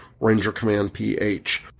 rangercommandph